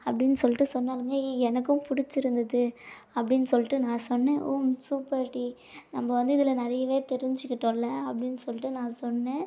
அப்படின்னு சொல்லிட்டு சொன்னாளுங்க ஏ எனக்கும் பிடிச்சிருந்துது அப்படின்னு சொல்லிட்டு நான் சொன்னேன் ஓ சூப்பர் டி நம்ம வந்து இதில் நிறையவே தெரிஞ்சிக்கிட்டோம்ல அப்படின்னு சொல்லிட்டு நான் சொன்னேன்